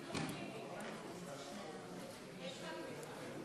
אתם תומכים?